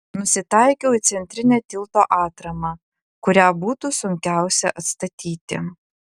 nusitaikiau į centrinę tilto atramą kurią būtų sunkiausia atstatyti